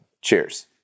Cheers